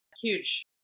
huge